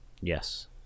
Yes